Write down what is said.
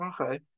okay